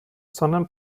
sondern